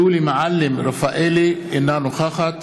אינה נוכחת